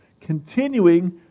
continuing